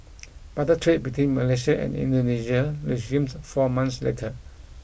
barter trade between Malaysia and Indonesia resumed four months later